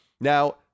Now